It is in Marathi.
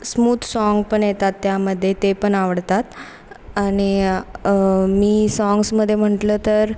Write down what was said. स्मूथ साँग पण येतात त्यामध्ये ते पण आवडतात आणि मी साँग्समध्ये म्हटलं तर